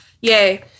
Yay